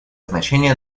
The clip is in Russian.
значение